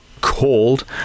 called